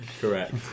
Correct